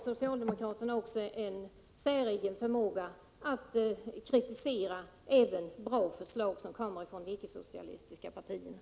Socialdemokraterna har också en säregen förmåga att kritisera även bra förslag som kommer från de icke-socialistiska partierna.